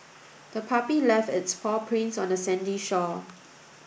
the puppy left its paw prints on the sandy shore